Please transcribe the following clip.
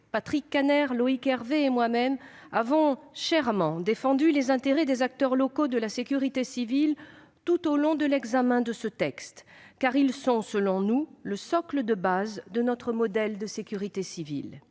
Patrick Kanner, Loïc Hervé et moi-même avons chèrement défendu les intérêts des acteurs locaux de la sécurité civile tout au long de l'examen de ce texte. Car ils sont, selon nous, le socle de notre modèle de sécurité civile.